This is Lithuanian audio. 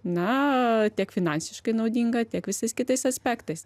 na tiek finansiškai naudinga tiek visais kitais aspektais